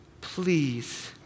Please